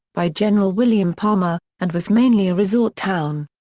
by general william palmer, and was mainly a resort town.